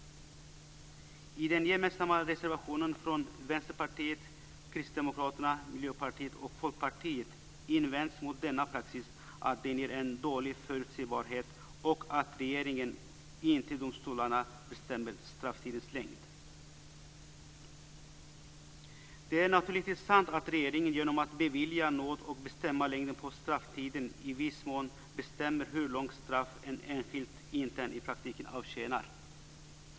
I den gemensamma reservationen från Vänsterpartiet, Kristdemokraterna, Miljöpartiet och Folkpartiet invänds mot denna praxis att den ger en dålig förutsebarhet och att regeringen, inte domstolarna, bestämmer strafftidens längd. Det är naturligtvis sant att regeringen genom att bevilja nåd och bestämma längden på strafftiden i viss mån bestämmer hur långt straff en enskild intern i praktiken avtjänar.